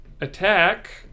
attack